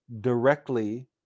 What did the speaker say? directly